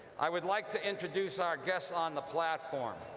i would like to introduce our guests on the platform.